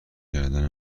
گردن